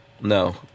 No